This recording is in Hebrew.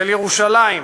של ירושלים,